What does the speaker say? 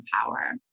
power